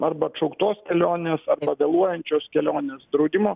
arba atšauktos kelionės arba vėluojančios kelionės draudimo